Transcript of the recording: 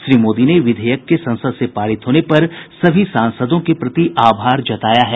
श्री मोदी ने विधेयक के संसद से पारित होने पर सभी सांसदों के प्रति आभार जताया है